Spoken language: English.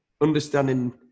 understanding